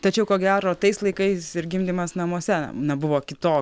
tačiau ko gero tais laikais ir gimdymas namuose na buvo kitoks